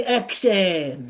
action